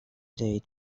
date